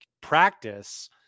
practice